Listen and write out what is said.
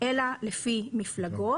אלא לפי מפלגות,